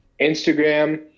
Instagram